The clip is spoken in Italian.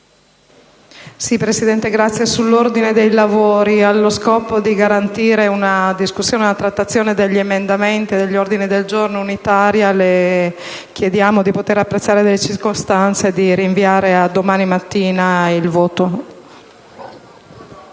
Presidente, intervengo sull'ordine dei lavori. Allo scopo di garantire una discussione e una trattazione degli emendamenti e degli ordini del giorno unitaria, le chiediamo, apprezzate le circostanze, di rinviare alla seduta di domani mattina il voto.